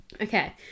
okay